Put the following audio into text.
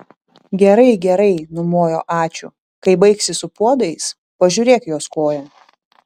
gerai gerai numojo ačiū kai baigsi su puodais pažiūrėk jos koją